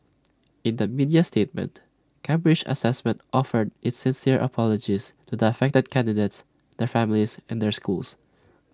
in A media statement Cambridge Assessment offered its sincere apologies to the affected candidates their families and their schools